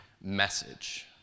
message